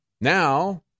Now